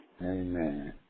Amen